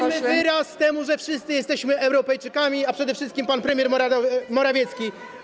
Dajmy wyraz temu, że wszyscy jesteśmy Europejczykami, a przede wszystkim pan premier Morawiecki.